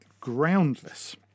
groundless